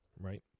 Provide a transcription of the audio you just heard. right